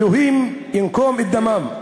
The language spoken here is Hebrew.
אלוהים ייקום את דמם.